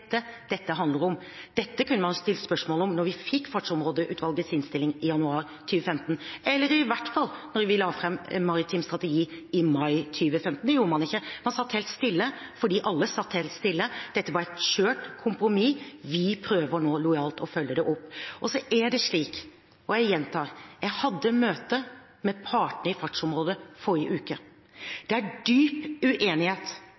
dette handler om. Dette kunne man stilt spørsmål om da vi fikk Fartsområdeutvalgets innstilling i januar 2015, eller i hvert fall da vi la fram regjeringens maritime strategi i 2015. Det gjorde man ikke. Man satt stille fordi alle satt helt stille. Dette var et skjørt kompromiss. Vi prøver nå lojalt å følge det opp. Så er det slik, og jeg gjentar: Jeg hadde møte med partene i Fartsområdeutvalget i forrige uke. Det er dyp uenighet